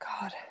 god